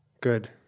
Good